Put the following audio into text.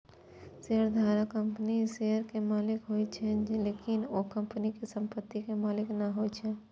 शेयरधारक कंपनीक शेयर के मालिक होइ छै, लेकिन ओ कंपनी के संपत्ति के मालिक नै होइ छै